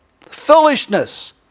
Foolishness